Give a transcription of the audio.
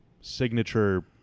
signature